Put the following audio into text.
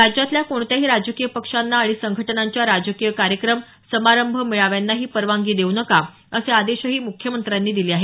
राज्यातल्या कोणत्याही राजकीय पक्षांना आणि संघटनांच्या राजकीय कार्यक्रम समारंभ मेळाव्यांनाही परवानगी देऊ नका असे आदेशही मुख्यमंत्र्यांनी दिले आहेत